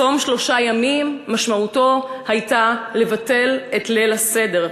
צום שלושה ימים משמעותו הייתה לבטל את ליל הסדר,